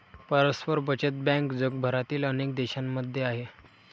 परस्पर बचत बँक जगभरातील अनेक देशांमध्ये आहे